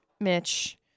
Mitch